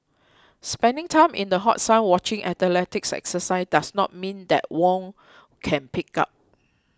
spending time in the hot sun watching athletes exercise does not mean that Wong can pig out